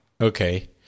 Okay